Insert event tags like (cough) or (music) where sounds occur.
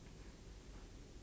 (breath)